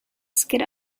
skid